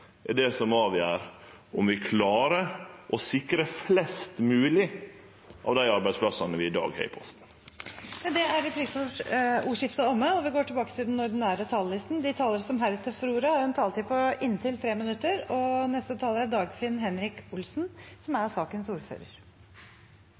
er det som avgjer om vi klarar å sikre flest mogleg av dei arbeidsplassane vi i dag har i Posten. Replikkordskiftet er omme. De talere som heretter får ordet, har en taletid på inntil 3 minutter. En kort kommentar til debatten: Som forventet var temaene som har blitt løftet i debatten, «sentralisering», «verdi» og «kunnskap». Det er